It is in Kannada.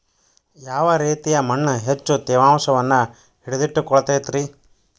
ಯಾವ ರೇತಿಯ ಮಣ್ಣ ಹೆಚ್ಚು ತೇವಾಂಶವನ್ನ ಹಿಡಿದಿಟ್ಟುಕೊಳ್ಳತೈತ್ರಿ?